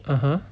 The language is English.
(uh huh)